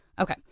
Okay